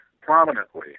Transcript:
prominently